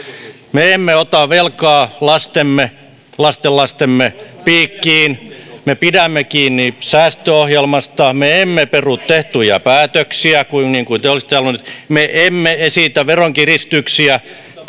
me emme ota velkaa lastemme lastenlastemme piikkiin me pidämme kiinni säästöohjelmasta me emme peru tehtyjä päätöksiä niin kuin te olisitte halunneet me emme esitä veronkiristyksiä